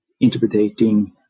interpreting